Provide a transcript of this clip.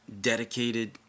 dedicated